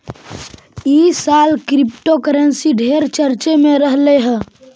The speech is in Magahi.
ई साल क्रिप्टोकरेंसी ढेर चर्चे में रहलई हे